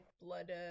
blood